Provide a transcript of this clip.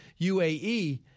UAE